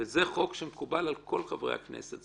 וזה חוק שמקובל על כל חברי הכנסת,